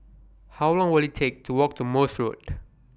How Long Will IT Take to Walk to Morse Road